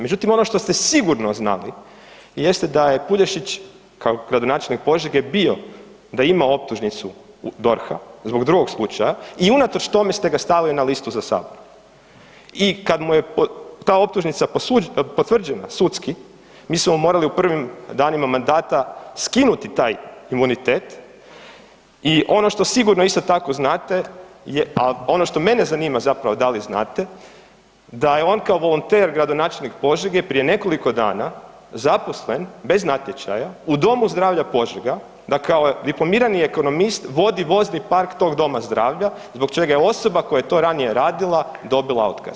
Međutim, ono što ste sigurno znali jeste da je Puljašić kao gradonačelnik Požege bio, da je imao optužnicu DORH-a zbog drugog slučaja i unatoč tome ste ga stavili na listu za Sabor i kad mu je ta optužnica potvrđena sudski, mi smo morali u prvim danima mandata skinuti taj imunitet i ono što sigurno isto tako znate je, a ono što mene zanima da li znate, da je on kao volonter gradonačelnik Požege prije nekoliko dana zaposlen bez natječaja u Domu zdravlja Požega, da je kao diplomirani ekonomist vodi vozni park tog doma zdravlja, zbog čega je osoba koja je to ranije radila, dobila otkaz.